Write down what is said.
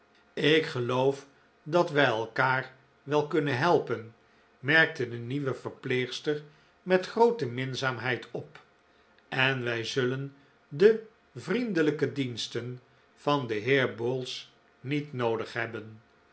ik geloof dat wij elkaar wel kunnen helpen merkte de nieuwe verpleegster met groote minzaamheid op en wij zullen de vriendelijke diensten van den heer bowls niet noodig hebben